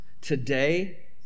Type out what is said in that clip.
today